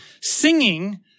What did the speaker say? singing